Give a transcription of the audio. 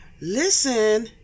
listen